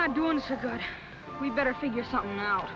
not doing too good we better figure something out